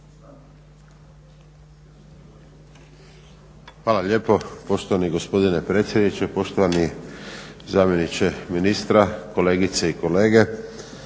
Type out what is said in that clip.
Hvala lijepo poštovani gospodine predsjedniče. Poštovani zamjeniče ministra, kolegice i kolege.